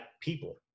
people